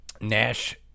Nash